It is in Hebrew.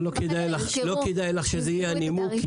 לא כדאי לך שזה יהיה הנימוק,